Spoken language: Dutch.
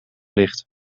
ligt